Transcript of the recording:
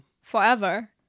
Forever